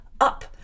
up